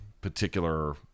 particular